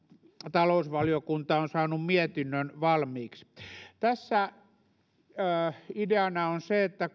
talousvaliokunta on saanut mietinnön valmiiksi tässä ideana on se että